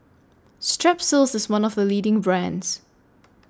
Strepsils IS one of The leading brands